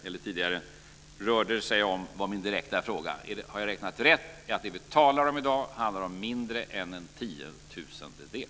Min direkta fråga var om jag hade räknat rätt, att det som vi talar om i dag handlar om mindre än en tiotusendel.